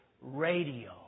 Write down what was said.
Radio